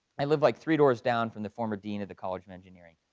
i live like three doors down from the former dean of the college of engineering,